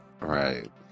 right